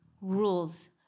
rules